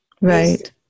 Right